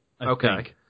Okay